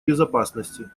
безопасности